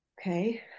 Okay